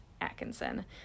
Atkinson